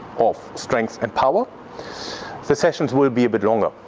of strength and power the sessions will be a bit longer.